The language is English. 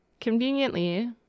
Conveniently